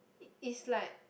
it is like